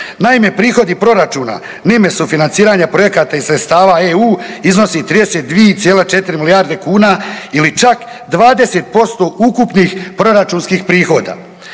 Naime, prihodi proračuna na ime sufinanciranja projekata i sredstava EU iznosi 32,4 milijarde kuna ili čak 20% ukupnih proračunskih prihoda.